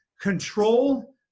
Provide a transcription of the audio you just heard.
control